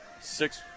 six